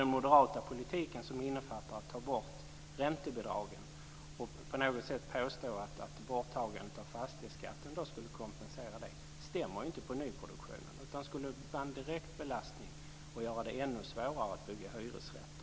Den moderata politiken, som innefattar att ta bort räntebidragen och att påstå att borttagandet av fastighetsskatten skulle kompensera det, stämmer inte på nyproduktionen utan skulle vara en direkt belastning och göra det ännu svårare att bygga hyresrätter.